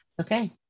okay